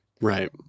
Right